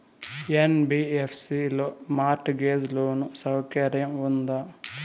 NBFC లో mortgage loan సౌకర్యం ఉందా?